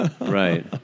Right